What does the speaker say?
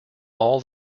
all